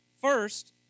First